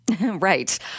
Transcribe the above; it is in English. Right